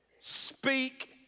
speak